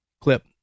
clip